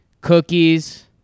cookies